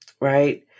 right